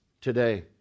today